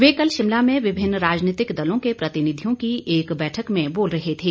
वे कल शिमला में विभिन्न राजनीतिक दलों के प्रतिनिधियों की एक बैठक में बोल रहे थे